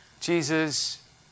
Jesus